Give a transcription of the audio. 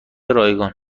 رایگان